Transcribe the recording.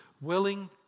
willing